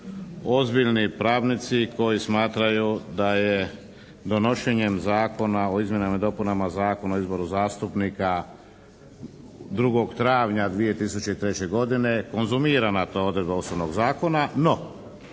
ozbiljni pravnici koji smatraju da je donošenjem Zakona o izmjenama i dopunama Zakona o izboru zastupnika 2. travnja 2003. godine konzumirana ta odredba Ustavnog zakona. No,